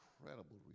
incredible